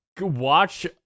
watch